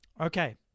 Okay